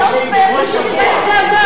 מי שמתבייש זה אתה.